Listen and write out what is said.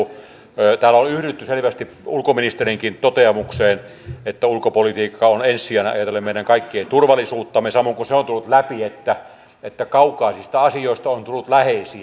täällä on yhdytty selvästi ulkoministerinkin toteamukseen että ulkopolitiikka on ensisijainen ajatellen meidän kaikkien turvallisuutta samoin kuin se on tullut läpi että kaukaisista asioista on tullut läheisiä